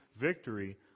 Victory